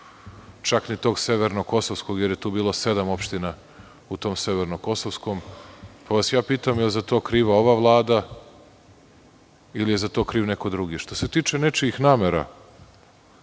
čak ni tog Severno-kosovskog, jer je tu bilo sedam opština, u tom Severno-kosovskom, pa vas pitam da li je za to kriva ova vlada ili je za to kriv neko drugi? Što se tiče nečijih namera,